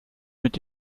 mit